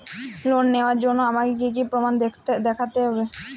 Loan নেওয়ার জন্য আমাকে কী কী প্রমাণ দেখতে হবে?